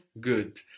Good